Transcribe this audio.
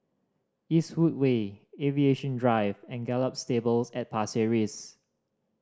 Eastwood Way Aviation Drive and Gallop Stables at Pasir Ris